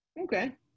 Okay